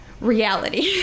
reality